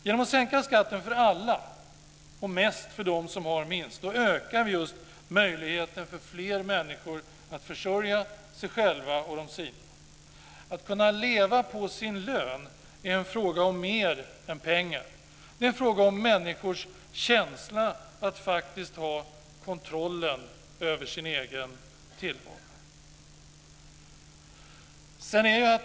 Genom att sänka skatten för alla, och mest för dem som har minst, ökar vi möjligheten för fler människor att försörja sig själva och de sina. Att kunna leva på sin lön är en fråga om mer än pengar. Det är en fråga om människors känsla av att faktiskt ha kontrollen över sin egen tillvaro. Herr talman!